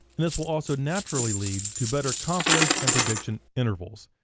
and this will also naturally lead to better confidence and prediction intervals.